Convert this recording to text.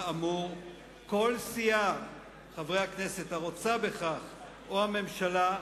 כל סיעה הרוצה בכך או הממשלה,